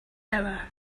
hour